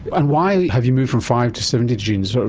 and why have you moved from five to seventy genes? so